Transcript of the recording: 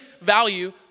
value